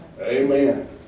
Amen